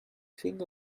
think